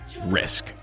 risk